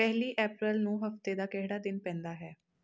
ਪਹਿਲੀ ਐਪਰਲ ਨੂੰ ਹਫ਼ਤੇ ਦਾ ਕਿਹੜਾ ਦਿਨ ਪੈਂਦਾ ਹੈ